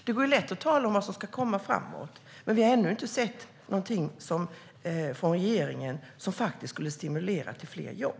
Det går lätt att tala om vad som ska komma framöver, men vi har ännu inte sett någonting från regeringen som skulle stimulera till fler jobb.